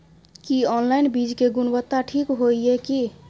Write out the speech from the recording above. की online बीज के गुणवत्ता ठीक होय ये की?